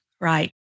Right